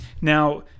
Now